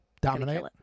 Dominate